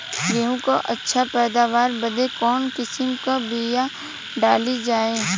गेहूँ क अच्छी पैदावार बदे कवन किसीम क बिया डाली जाये?